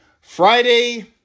Friday